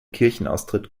kirchenaustritt